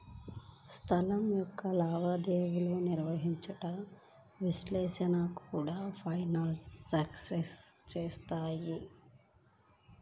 సంస్థ యొక్క లావాదేవీలను నిర్వహించడం, విశ్లేషించడం కూడా ఫైనాన్షియల్ సర్వీసెస్ చేత్తాయి